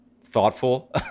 thoughtful